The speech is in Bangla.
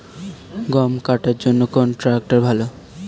গম কাটার জন্যে কোন ট্র্যাক্টর ভালো?